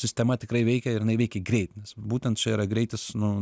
sistema tikrai veikia ir jinai veikia greit nes būtent čia yra greitis nu